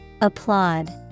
Applaud